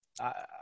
I-